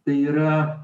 tai yra